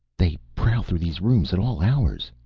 they prowl through these rooms at all hours,